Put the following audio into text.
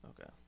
Okay